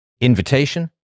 invitation